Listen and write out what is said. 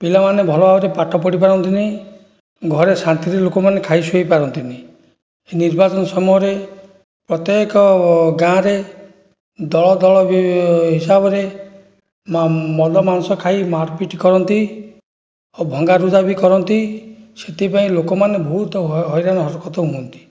ପିଲାମାନେ ଭଲ ଭାବରେ ପାଠ ପଢ଼ିପାରନ୍ତି ନାହିଁ ଘରେ ଶାନ୍ତିରେ ଲୋକମାନେ ଖାଇ ଶୋଇ ପାରନ୍ତିନାହିଁ ନିର୍ବାଚନ ସମୟରେ ପ୍ରତ୍ୟକ ଗାଁରେ ଦଳଦଳ ହିସାବରେ ମଦ ମାଂସ ଖାଇ ମାଡ଼ ପିଟ କରନ୍ତି ଆଉ ଭଙ୍ଗାରୁଜା ବି କରନ୍ତି ସେଥିପାଇଁ ଲୋକମାନେ ବହୁତ ହଇରାଣ ହରକତ ହୁଅନ୍ତି